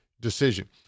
decision